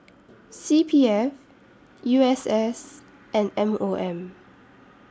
C P F U S S and M O M